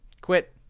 Quit